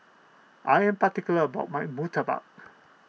I am particular about my Murtabak